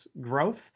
growth